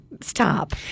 stop